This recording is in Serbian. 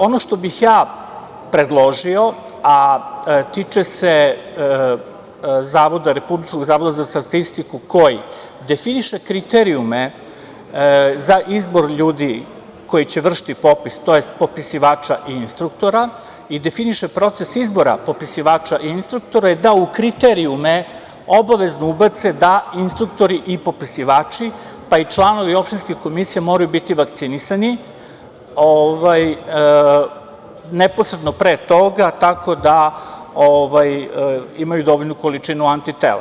Ono što bih predložio, a tiče se Republičkog zavoda za statistiku koji definiše kriterijume za izbor ljudi koji će vršiti popis, tj. popisivača i instruktora i definiše proces izbora popisivača i instruktora je da u kriterijume obavezno ubace da instruktori i popisivači, pa i članovi opštinskih komisija moraju biti vakcinisani neposredno pre toga, tako da imaju dovoljnu količinu antitela.